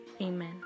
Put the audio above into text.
Amen